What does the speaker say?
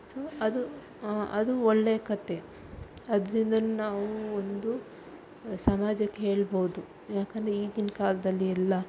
so ಅದು ಅದು ಒಳ್ಳೆ ಕಥೆ ಅದರಿಂದನು ನಾವು ಒಂದು ಸಮಾಜಕ್ಕೆ ಹೇಳ್ಬೋದು ಯಾಕಂದರೆ ಈಗಿನ ಕಾಲದಲ್ಲಿ ಎಲ್ಲ